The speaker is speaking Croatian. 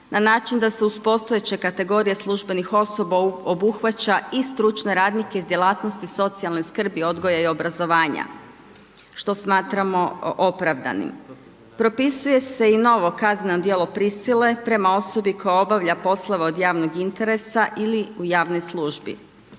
na način da se uz postojeće kategorije službenih osoba obuhvaća i stručne radnike iz djelatnosti socijalne skrbi, odgoja i obrazovanja što smatramo opravdanim. Propisuje se i novo kazneno djelo prisile prema osobi koja obavlja poslove od javnog interesa ili u javnoj službi.